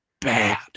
bad